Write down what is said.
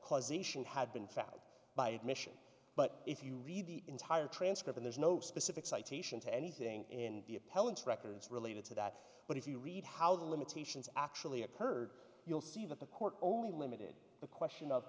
causation had been found by admission but if you read the entire transcript there's no specific citation to anything in the appellant records related to that but if you read how the limitations actually occurred you'll see that the court only limited the question of